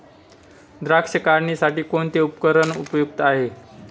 द्राक्ष काढणीसाठी कोणते उपकरण उपयुक्त आहे?